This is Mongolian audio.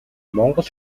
монгол